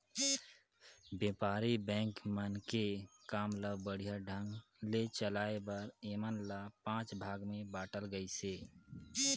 बेपारी बेंक मन के काम ल बड़िहा ढंग ले चलाये बर ऐमन ल पांच भाग मे बांटल गइसे